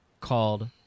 Called